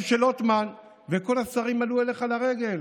אביו של עות'מאן, וכל השרים עלו אליך לרגל